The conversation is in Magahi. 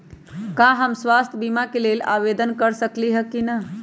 का हम स्वास्थ्य बीमा के लेल आवेदन कर सकली ह की न?